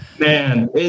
Man